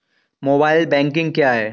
Mobile banking क्या है?